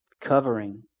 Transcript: covering